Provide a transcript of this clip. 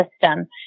system